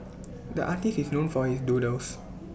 the artist is known for his doodles